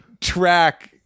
track